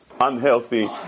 unhealthy